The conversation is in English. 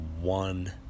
one